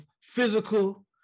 physical